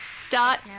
Start